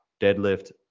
deadlift